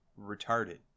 retarded